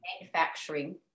manufacturing